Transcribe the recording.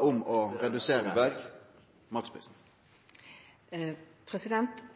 om å redusere maksprisen.